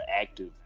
active